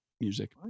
music